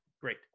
great